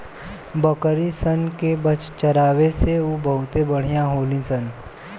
बकरी सन के चरावे से उ बहुते बढ़िया होली सन